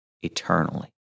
eternally